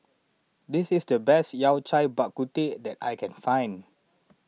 this is the best Yao Cai Bak Kut Teh that I can find